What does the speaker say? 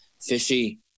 Fishy